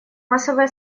массовое